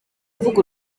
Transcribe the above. avuga